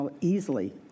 easily